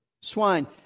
swine